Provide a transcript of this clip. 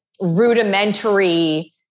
rudimentary